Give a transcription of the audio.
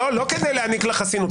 לא, לא כדי להעניק לה חסינות.